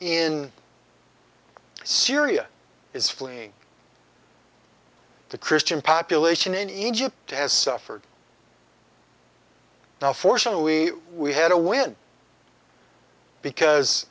in syria is fleeing the christian population in egypt has suffered now fortunately we had a win because